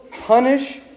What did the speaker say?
punish